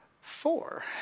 four